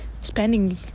spending